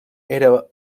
era